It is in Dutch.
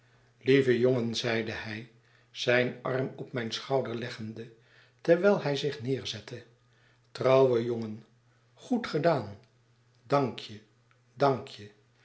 hij zijn arm op mijn schouder leggende terwijl hij zich neerzette trouwe jongen goed gedaan dank j e dank je